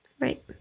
right